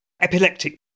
epileptic